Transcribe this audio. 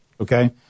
Okay